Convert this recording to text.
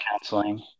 counseling